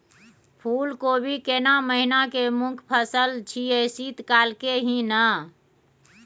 फुल कोबी केना महिना के मुखय फसल छियै शीत काल के ही न?